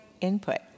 input